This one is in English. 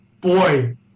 Boy